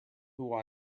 who